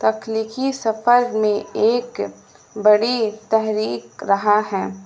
تخلیقی سفر میں ایک بڑی تحریک رہا ہے